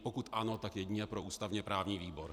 Pokud ano, tak jedině pro ústavněprávní výbor.